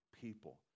people